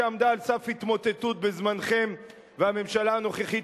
שעמדה על סף התמוטטות בזמנכם והממשלה הנוכחית